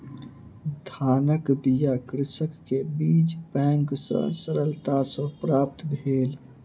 धानक बीया कृषक के बीज बैंक सॅ सरलता सॅ प्राप्त भेल